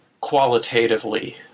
qualitatively